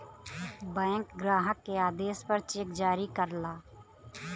bank ग्राहक के आदेश पर चेक जारी करला